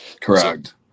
Correct